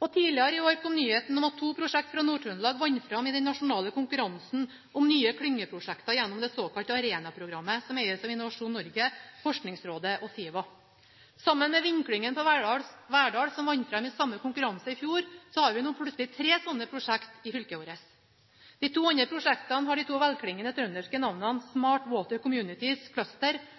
Tidligere i år kom nyheten om at to prosjekter fra Nord-Trøndelag vant fram i den nasjonale konkurransen om nye klyngeprosjekter gjennom det såkalte Arena-programmet, som eies av Innovasjon Norge, Norges forskningsråd og SIVA. Sammen med Vindklyngen på Verdal, som vant fram i samme konkurranse i fjor, har vi nå plutselig tre slike prosjekter i fylket vårt. De to andre prosjektene har de to velklingende trønderske navnene Smart Water Communities Cluster